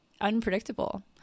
unpredictable